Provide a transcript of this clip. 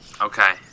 okay